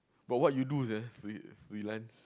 but what you do sia free~ freelance